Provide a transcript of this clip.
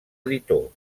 editor